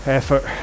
effort